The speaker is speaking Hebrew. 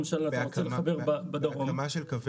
למשל אתה רוצה לחבר בדרום --- בהקמה?